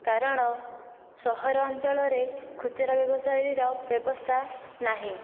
କାରଣ ସହର ଅଞ୍ଚଳରେ ଖୁଚୁରା ବ୍ୟବସାୟୀର ବ୍ୟବସ୍ଥା ନାହିଁ